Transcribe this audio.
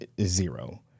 zero